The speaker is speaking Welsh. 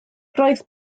roedd